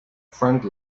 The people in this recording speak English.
friend